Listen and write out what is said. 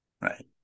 Right